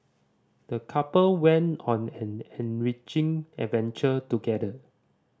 the couple went on an enriching adventure together